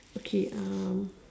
okay